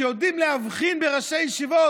שיודעים להבחין בין ראשי ישיבות,